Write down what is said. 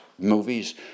movies